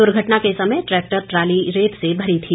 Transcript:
दुर्घटना के समय ट्रैक्टर ट्राली रेत से भरी थी